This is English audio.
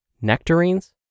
Nectarines